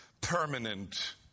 permanent